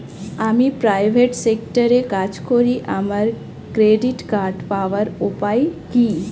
আমি প্রাইভেট সেক্টরে কাজ করি আমার ক্রেডিট কার্ড পাওয়ার উপায় কি?